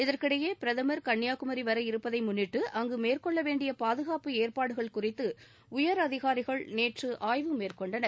இதற்கிடையே பிரதமர் கன்னியாகுமரி வர இருப்பதை முன்னிட்டு அங்கு மேற்கொள்ளவேண்டிய பாதுகாப்பு ஏற்பாடுகள் குறித்து உயர் அதிகாரிகள் நேற்று ஆய்வு மேற்கொண்டனர்